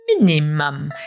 minimum